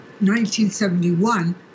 1971